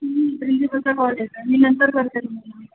प्रिंसिपॉलचा call येतो आहे मी नंतर करते तुम्हाला